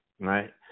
right